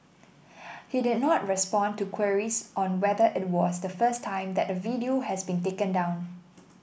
he did not respond to queries on whether it was the first time that a video has been taken down